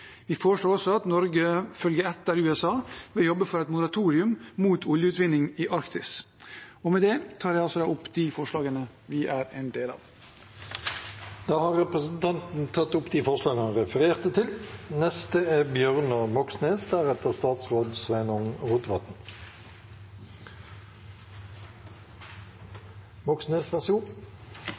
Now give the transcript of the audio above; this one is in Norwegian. Vi foreslår også at Norge følger etter USA ved å jobbe for et moratorium mot oljeutvinning i Arktis. Med det tar jeg opp MDGs forslag. Representanten Per Espen Stoknes har tatt opp de forslagene han refererte til. I denne saken blir forslagene våre avvist av komiteen. Det synes vi er